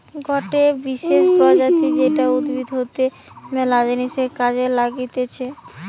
গটে বিশেষ প্রজাতি যেটা উদ্ভিদ হইতে ম্যালা জিনিসের কাজে লাগতিছে